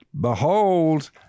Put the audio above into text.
Behold